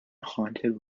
haunted